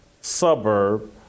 suburb